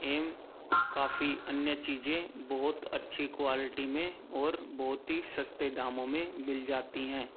काफ़ी अन्य चीज़ें बहुत अच्छी क्वाल्टी में और बहुत ही सस्ते दामों में मिल जाती हैं